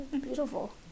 beautiful